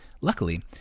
Luckily